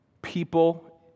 People